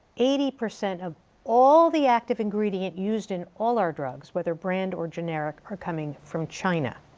eighty percent of all the active ingredient used in all our drugs, whether brand or generic, are coming from china.